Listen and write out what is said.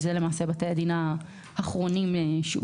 אלה, למעשה, בתי הדין האחרונים שהוקמו.